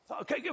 Okay